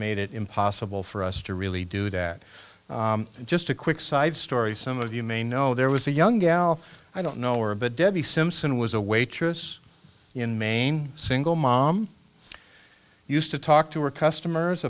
made it impossible for us to really do that just a quick side story some of you may know there was a young gal i don't know or but debbie simpson was a waitress in maine single mom used to talk to her customers